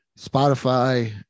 Spotify